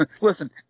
Listen